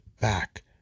back